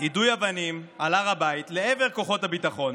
יידוי אבנים על הר הבית לעבר כוחות הביטחון,